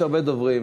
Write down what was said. יש הרבה דוברים.